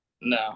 No